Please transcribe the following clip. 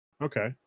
Okay